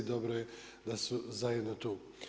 Dobro je da su zajedno tu.